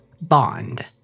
bond